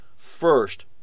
first